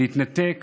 להתנתק